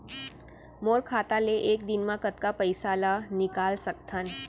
मोर खाता ले एक दिन म कतका पइसा ल निकल सकथन?